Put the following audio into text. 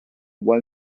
one